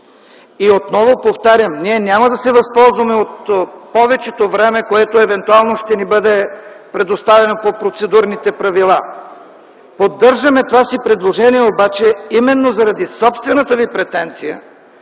И отново повтарям, ние няма да се възползваме от повечето време, което евентуално ще ни бъде предоставено по процедурните правила. Поддържаме това си предложение обаче именно заради собствената Ви претенция,